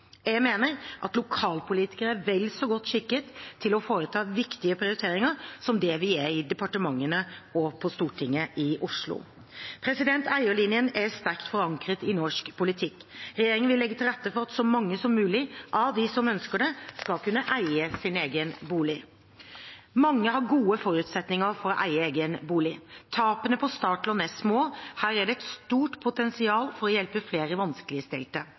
Jeg mener at lokalpolitikere er vel så godt skikket til å foreta viktige prioriteringer som det vi er i departementene og på Stortinget i Oslo. Eierlinjen er sterkt forankret i norsk politikk. Regjeringen vil legge til rette for at så mange som mulig av dem som ønsker det, skal kunne eie sin egen bolig. Mange har gode forutsetninger for å eie egen bolig. Tapene på startlån er små, her er det et stort potensial for å hjelpe flere vanskeligstilte.